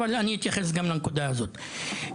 אבל אני אתייחס גם לנקודה הזאת.